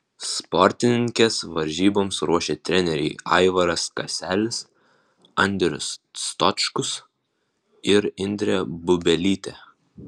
sportininkes varžyboms ruošė treneriai aivaras kaselis andrius stočkus ir indrė bubelytė